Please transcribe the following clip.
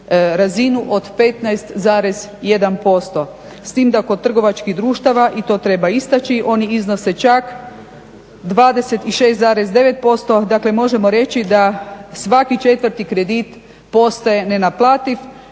razinu od 15,1% s tim da kod trgovačkih društava i to treba istaći oni iznose čak 26,9%, dakle možemo reći da svaki četvrti kredit postaje nenaplativ